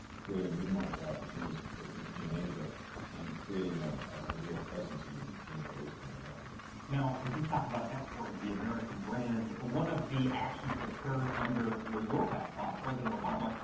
creating new market opportunities in asia and creating a ah real presence in the in the middle east and north africa. pearson now, as you talk about exporting the american brand, one of the actions that occurred under your your past boss, president obama,